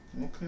Okay